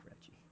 Reggie